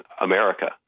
America